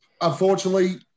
Unfortunately